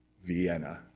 vienna.